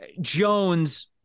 jones